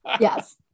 Yes